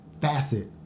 facet